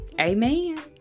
Amen